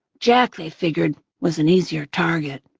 jack, they figured, was an easier target.